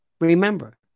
Remember